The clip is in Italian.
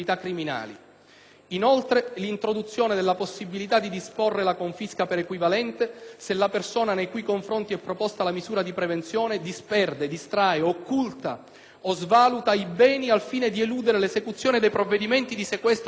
luogo, l'introduzione della possibilità di disporre la confisca per equivalente se la persona nei cui confronti è proposta la misura di prevenzione disperde, distrae, occulta o svaluta i beni al fine di eludere l'esecuzione dei provvedimenti di sequestro o di confisca.